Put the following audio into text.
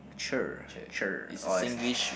cher cher oh I see